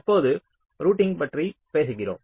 தற்போது ரூட்டிங் பற்றி பேசுகிறோம்